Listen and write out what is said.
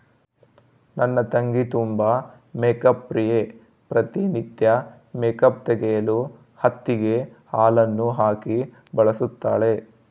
ನನ್ನ ತಂಗಿ ತುಂಬಾ ಮೇಕ್ಅಪ್ ಪ್ರಿಯೆ, ಪ್ರತಿ ನಿತ್ಯ ಮೇಕ್ಅಪ್ ತೆಗೆಯಲು ಹತ್ತಿಗೆ ಹಾಲನ್ನು ಹಾಕಿ ಬಳಸುತ್ತಾಳೆ